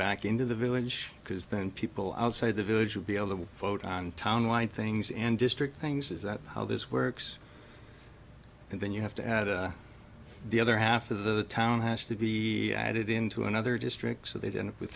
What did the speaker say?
back into the village because then people outside the village will be able to float on town wind things and district things is that how this works and then you have to add the other half of the town has to be added into another district so they did it with